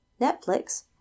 Netflix